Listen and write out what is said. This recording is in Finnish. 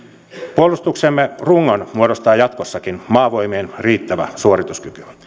puolustuksemme rungon muodostaa jatkossakin maavoimien riittävä suorituskyky